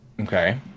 Okay